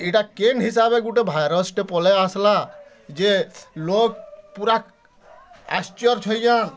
ଏଇଟା କେନ୍ ହିସାବେ ଗୋଟେ ଭାଇରସ୍ ଟେ ପଳେଇ ଆସିଲା ଯେ ଲୋକ୍ ପୁରା ଆଶ୍ଚର୍ଯ୍ୟ ହେଇଯାନ୍